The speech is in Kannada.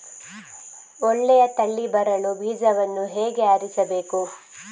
ಒಳ್ಳೆಯ ತಳಿ ಬರಲು ಬೀಜವನ್ನು ಹೇಗೆ ಆರಿಸಬೇಕು?